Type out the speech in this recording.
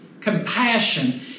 compassion